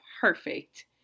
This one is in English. perfect